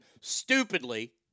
stupidly